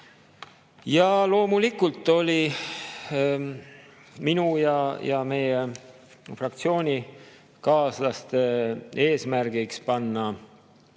Loomulikult oli minu ja minu fraktsioonikaaslaste eesmärgiks panna